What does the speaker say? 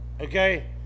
okay